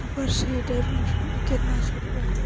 Super seeder मै कितना छुट बा?